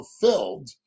fulfilled